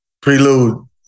Prelude